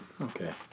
Okay